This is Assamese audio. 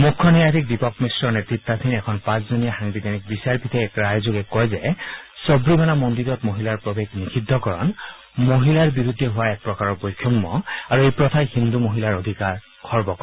মুখ্য ন্যায়াধীশ দীপক মিশ্ৰ নেতৃতাধীন এখন পাঁচজনীয়া সাংবিধানিক বিচাৰপীঠে এক ৰায়যোগে কয় যে সাৱিমালা মন্দিৰত মহিলাৰ প্ৰৱেশ নিযিদ্ধকৰণ মহিলাৰ বিৰুদ্ধে হোৱা এক প্ৰকাৰৰ বৈষম্য আৰু এই প্ৰথাই হিন্দু মহিলাৰ অধিকাৰ খৰ্ব কৰে